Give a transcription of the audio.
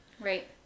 Right